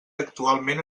actualment